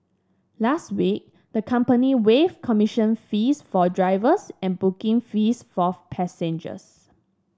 last week the company waived commission fees for drivers and booking fees for passengers